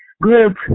group